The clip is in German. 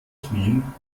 knien